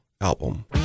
album